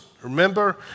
Remember